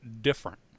different